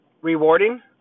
rewarding